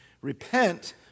repent